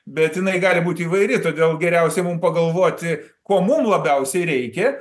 bet jinai gali būt įvairi todėl geriausiai mum pagalvoti ko mum labiausiai reikia